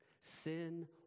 sin